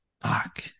Fuck